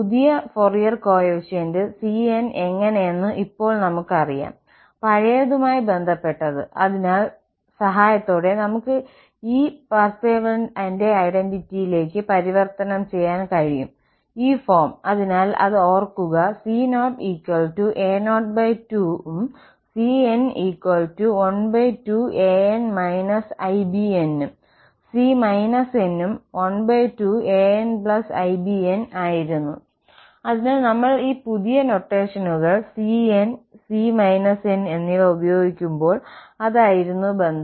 പുതിയ Fourier coefficient cn എങ്ങനെയെന്ന് ഇപ്പോൾ നമുക്കറിയാം പഴയവയുമായി ബന്ധപ്പെട്ടത് അതിന്റെ സഹായത്തോടെ നമുക്ക് ഈ പാർസേവലിന്റെ ഐഡന്റിറ്റിയിലേക്ക് പരിവർത്തനം ചെയ്യാൻ കഴിയും ഈ ഫോം അതിനാൽ അത് ഓർക്കുക c0a02 ഉം cn12 ഉം c n ഉം 12anibn ആയിരുന്നു അതിനാൽ നമ്മൾ ഈ പുതിയ നൊട്ടേഷനുകൾ cn c n എന്നിവ ഉപയോഗിക്കുമ്പോൾ അതായിരുന്നു ബന്ധം